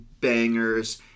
bangers